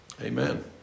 Amen